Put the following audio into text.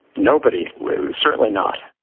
nobody. certainly not.